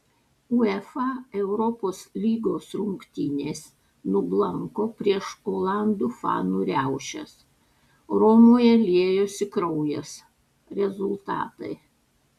uefa europos lygos rungtynės nublanko prieš olandų fanų riaušes romoje liejosi kraujas rezultatai